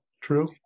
True